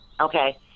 Okay